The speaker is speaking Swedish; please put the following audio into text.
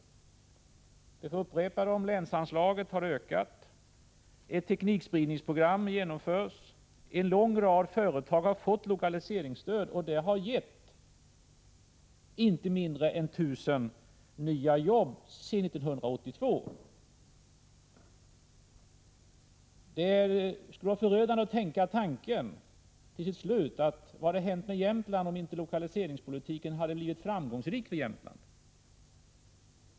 Jag upprepar: länsanslaget har ökat, ett teknikspridningsprogram genomförs, en lång rad företag har fått lokaliseringsstöd, vilket har gett inte mindre än 1 000 nya jobb sedan 1982. Det skulle kännas förödande att tänka på vad som skulle ha hänt med Jämtland, om lokaliseringspolitiken inte hade blivit framgångsrik i Jämtland.